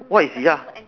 what is ya